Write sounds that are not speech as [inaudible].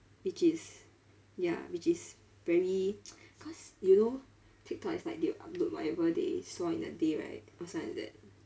wich is ya which is very [noise] cause you know tiktok is like they upload whatever they saw in the day right or something like that